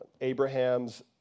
Abraham's